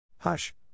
Hush